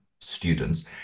students